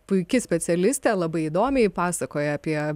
puiki specialistė labai įdomiai pasakoja apie